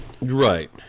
Right